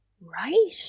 Right